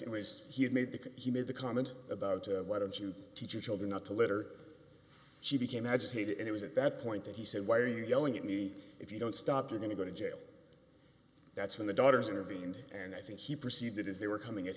it was he had made the call he made the comment about why don't you teach your children not to litter she became agitated and it was at that point that he said why are you yelling at me if you don't stop you're going to go to jail that's when the daughters intervened and i think he perceived it as they were coming at